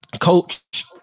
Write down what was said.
coach